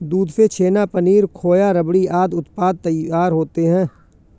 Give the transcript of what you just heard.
दूध से छेना, पनीर, खोआ, रबड़ी आदि उत्पाद तैयार होते हैं